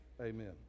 Amen